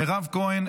מירב כהן,